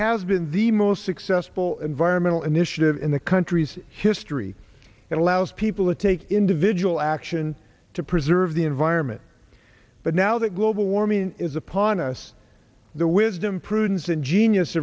has been the most successful environmental initiative in the country's history it allows people to take individual action to preserve the environment but now that global warming is upon us the wisdom prudence and genius